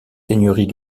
seigneuries